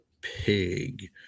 pig